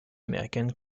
américaine